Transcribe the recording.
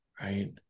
right